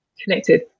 connected